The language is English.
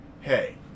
hey